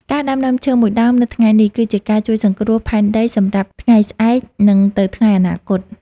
ការដាំដើមឈើមួយដើមនៅថ្ងៃនេះ គឺជាការជួយសង្គ្រោះផែនដីសម្រាប់ថ្ងៃស្អែក និងទៅថ្ងៃអនាគត។